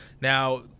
Now